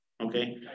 okay